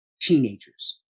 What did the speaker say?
Teenagers